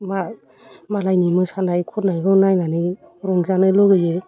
मालायनि मोसानाय खन्नायखौ नायनानै रंजानो लुगैयो